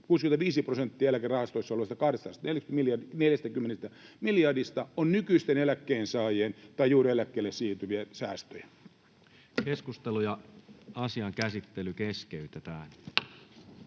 65 prosenttia eläkerahastoissa olevista 240 miljardista on nykyisten eläkkeensaajien tai juuri eläkkeelle siirtyvien säästöjä. [Speech 28] Speaker: Toinen